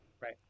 Right